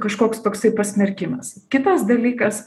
kažkoks toksai pasmerkimas kitas dalykas